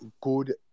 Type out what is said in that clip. good